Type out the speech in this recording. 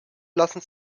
lassen